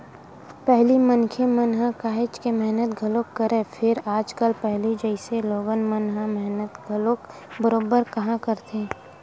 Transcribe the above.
पहिली मनखे मन ह काहेच के मेहनत घलोक करय, फेर आजकल पहिली जइसे लोगन मन ह मेहनत घलोक बरोबर काँहा करथे